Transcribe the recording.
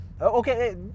Okay